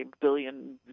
billion